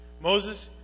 Moses